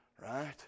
right